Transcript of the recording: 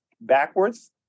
backwards